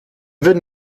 würden